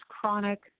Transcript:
chronic